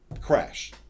crash